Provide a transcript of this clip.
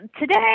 today